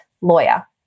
lawyer